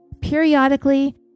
periodically